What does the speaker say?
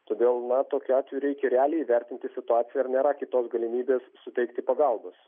todėl tokiu atveju reikia realiai įvertinti situaciją ar nėra kitos galimybės suteikti pagalbos